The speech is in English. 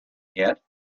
yet